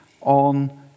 on